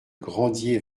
grandier